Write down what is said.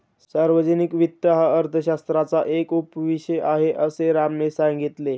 सार्वजनिक वित्त हा अर्थशास्त्राचा एक उपविषय आहे, असे रामने सांगितले